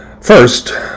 First